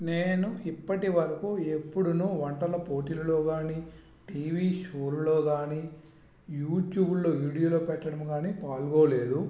నేను ఇప్పటి వరకు ఎప్పుడునూ వంటల పోటీలలో కానీ టీవీ షోలలలో కానీ యూట్యూబ్లో వీడియోలు పెట్టడంలో కానీ పాల్గొనలేదు